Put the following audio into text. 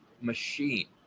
machine